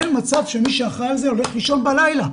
אין מצב שמי שאחראי על זה הולך לישון בלילה.